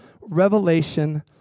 revelation